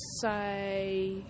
say